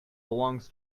belongs